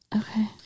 Okay